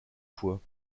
fois